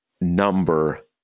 number